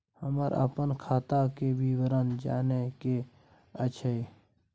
हमरा अपन खाता के विवरण जानय के अएछ?